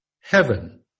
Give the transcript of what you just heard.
heaven